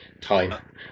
time